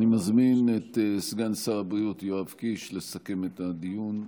אני מזמין את סגן שר הבריאות יואב קיש לסכם את הדיון,